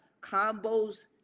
combos